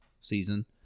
season